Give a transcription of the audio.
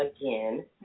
again